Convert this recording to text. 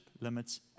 limits